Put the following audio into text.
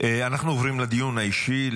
אנחנו עוברים לדיון האישי.